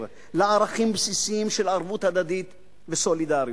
לערכים בסיסיים של ערבות הדדית וסולידריות.